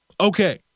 Okay